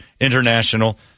International